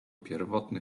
pierwotny